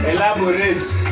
Elaborate